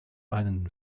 einen